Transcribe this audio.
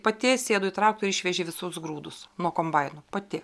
pati sėgo į traktorių ir išvežė visus grūdus nuo kombaino pati